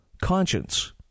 conscience